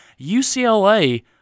UCLA